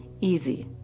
Easy